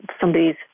somebody's